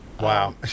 Wow